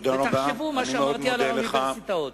ותחשבו על מה שאמרתי על האוניברסיטאות.